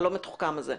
האזיק הלא מתוחכם הזה.